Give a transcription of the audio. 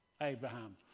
Abraham